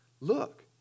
Look